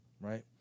right